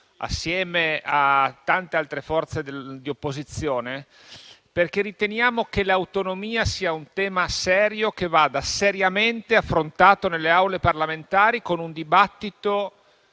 assieme a tante altre forze di opposizione. Ciò perché riteniamo che l'autonomia sia un tema serio, che vada seriamente affrontato nelle aule parlamentari, con un dibattito